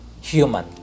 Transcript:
Human